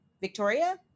Victoria